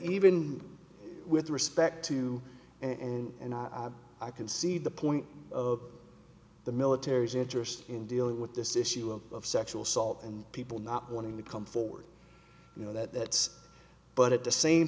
even with respect to and and i can see the point of the military's interest in dealing with this issue of sexual assault and people not wanting to come forward you know that but at the same